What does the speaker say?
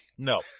No